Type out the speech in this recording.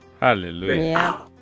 Hallelujah